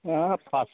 हाब फास